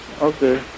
Okay